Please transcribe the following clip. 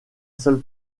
seul